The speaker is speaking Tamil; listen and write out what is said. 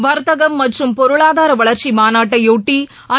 வர்த்தகம் மற்றம் பொருளாதாரவளர்ச்சிமாநாட்டையொட்டி ஐ